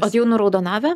o tai jau nuraudonavę